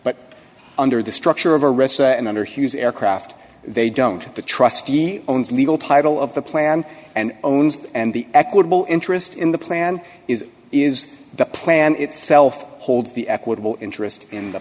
but under the structure of arrests and under hughes aircraft they don't at the trustee owns legal title of the plan and owns and the equitable interest in the plan is is the plan itself holds the equitable interest in the